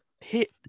hit